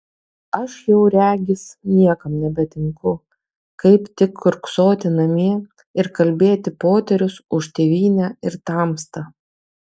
aš jau regis niekam nebetinku kaip tik kiurksoti namie ir kalbėti poterius už tėvynę ir tamstą